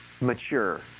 mature